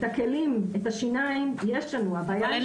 את הכלים,